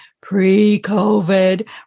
pre-COVID